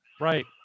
Right